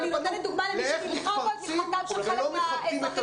אני נותנת דוגמה למי שנלחם את מלחמתם של חלק מהאזרחים.